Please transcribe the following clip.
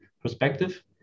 perspective